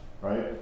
Right